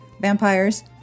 vampires